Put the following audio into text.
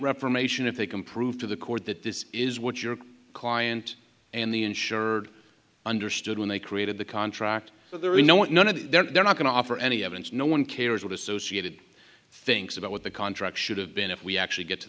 reformation if they can prove to the court that this is what your client and the insured understood when they created the contract so there is no one no no they're not going to offer any evidence no one cares what associated thinks about what the contract should have been if we actually get to